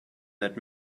that